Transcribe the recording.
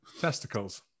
Testicles